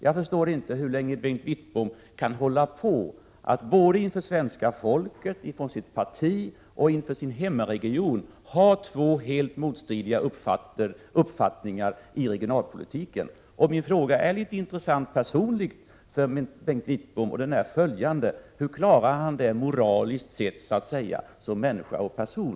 Jag förstår inte hur länge Bengt Wittbom kan fortsätta att både inför svenska folket, inför sitt parti och inför sin hemmaregion ha två helt motstridiga uppfattningar beträffande regionalpolitiken. Min fråga, som är av rent personligt intresse för Bengt Wittbom, är följande: Hur klarar Bengt Wittbom detta dilemma moraliskt sett?